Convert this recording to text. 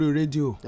radio